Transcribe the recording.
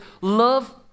love